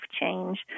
change